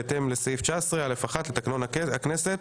בהתאם לסעיף 19(א)(1) לתקנון הכנסת.